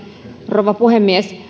rouva puhemies